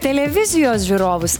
televizijos žiūrovus